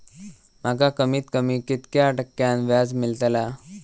माका कमीत कमी कितक्या टक्क्यान व्याज मेलतला?